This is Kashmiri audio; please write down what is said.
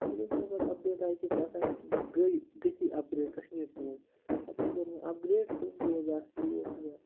ییٚلہِ حظ مےٚ پَتہٕ اَپڈیٹ آے کہِ ژےٚ ہسا گٔے گٔژھی اَپگرٛیڈ کَشمیٖرسٕے منٛز پَتہٕ حظ کوٚر مےٚ اَپگرٛیڈ تہٕ بہٕ حظ آس یور تہٕ بَس